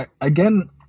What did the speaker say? again